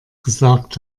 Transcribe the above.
gesagt